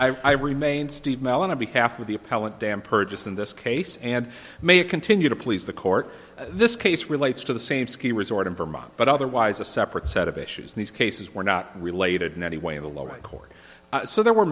i remain steve mellon on behalf of the appellant damn purchase in this case and may it continue to please the court this case relates to the same ski resort in vermont but otherwise a separate set of issues and these cases were not related in any way in the lower court so there were